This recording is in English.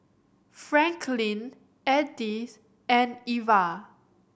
Franklin Edith and Eva